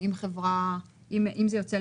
היבטים של הגנת הפרטיות אם זה יוצא למפעיל?